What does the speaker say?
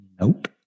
Nope